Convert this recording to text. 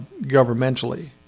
governmentally